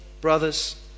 brothers